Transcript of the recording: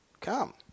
Come